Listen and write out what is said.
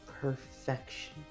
perfection